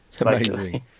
Amazing